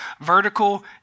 vertical